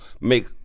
make